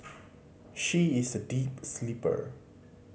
she is a deep sleeper